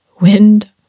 wind